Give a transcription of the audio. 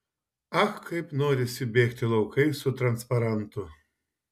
ach kaip norisi bėgti laukais su transparantu